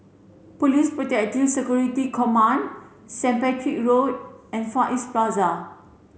Police Protective Security Command Saint Patrick Road and Far East Plaza